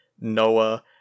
Noah